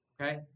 Okay